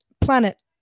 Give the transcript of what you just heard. planet